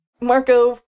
Marco